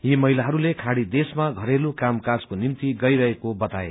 यी महिलाहरूले खाड़ी देशमा षरेलु कामकाजको निम्ति गईरहेको बताए